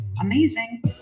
Amazing